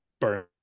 burn